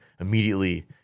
immediately